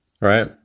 Right